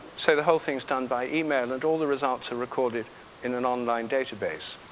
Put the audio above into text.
so, the whole thing is done by email and all the results are recorded in an online database.